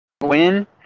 win